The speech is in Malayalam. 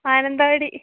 മാനന്തവാടി